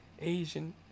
Asian